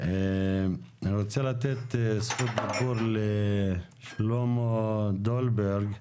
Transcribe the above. אני רוצה לתת זכות דיבור לשלמה דולברג,